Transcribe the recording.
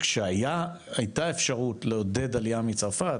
כשהייתה אפשרות לעודד עלייה מצרפת,